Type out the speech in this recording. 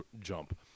jump